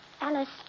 Alice